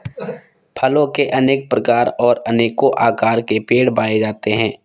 फलों के अनेक प्रकार और अनेको आकार के पेड़ पाए जाते है